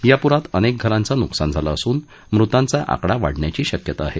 या पुरात अनेक घरांचं नुकसान झालं असून मृतांचा आकडा वाढण्याची शक्यता आहे